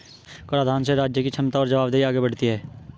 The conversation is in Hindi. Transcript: कराधान से राज्य की क्षमता और जवाबदेही आगे बढ़ती है